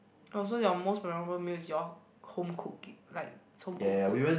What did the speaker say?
orh so your most memorable meal is your home cook it like is home cooked food